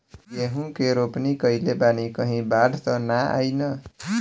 गेहूं के रोपनी कईले बानी कहीं बाढ़ त ना आई ना?